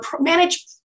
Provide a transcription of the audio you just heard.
manage